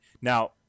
Now